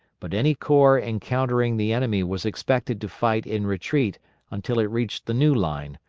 but any corps encountering the enemy was expected to fight in retreat until it reached the new line,